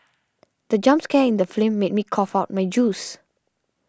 the jump scare in the film made me cough out my juice